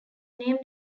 named